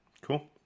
Cool